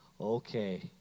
okay